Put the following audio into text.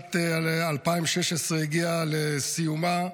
שבשנת 2016 הגיעה לסיומה,